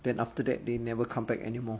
then after that they never come back anymore